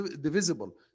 divisible